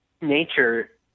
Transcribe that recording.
nature